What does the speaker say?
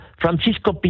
Francisco